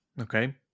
Okay